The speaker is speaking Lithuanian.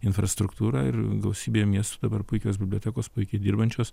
infrastruktūrą ir gausybėj miestų dabar puikios bibliotekos puikiai dirbančios